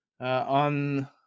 on